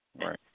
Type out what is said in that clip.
right